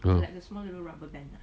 嗯